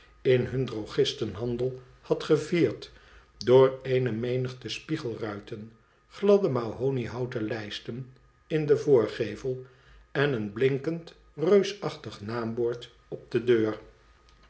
in hun drogistenhandel had levierd door eene menigte spiegelruiten gladde mahoniehouten lijsten m den voorgevel en een blinkend reusachtig naambord op de deur